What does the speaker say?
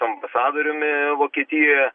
ambasadoriumi vokietijoje